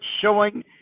showing